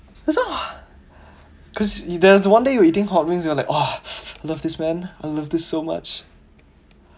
that's all lah because there's one day you were eating hot wings you were like !wah! love this man I loved it so much